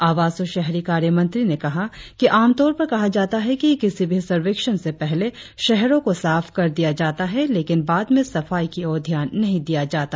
आवास और शहरी कार्य मंत्री ने कहा कि अमातौर पर कहा जता है कि किसी भी सर्वेक्षण से पहले शहरों को साफ कर दिया जाता है लेकिन बाद में सफाई की ओर ध्यान नहीं दिया जाता